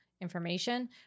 information